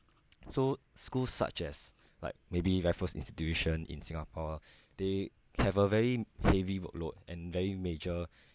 so schools such as like maybe raffles institution in singapore they have a very heavy workload and very major